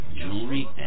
jewelry